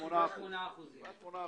8%. דרך אגב,